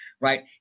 Right